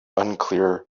unclear